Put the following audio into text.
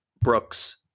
Brooks